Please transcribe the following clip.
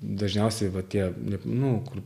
dažniausiai va tie nu kur